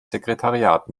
sekretariat